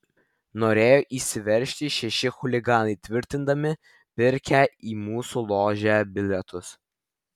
norėjo įsiveržti šeši chuliganai tvirtindami pirkę į mūsų ložę bilietus